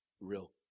Real